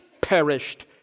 perished